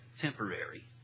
temporary